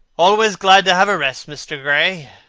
always glad to have a rest, mr. gray,